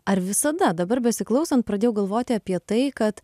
ar visada dabar besiklausant pradėjau galvoti apie tai kad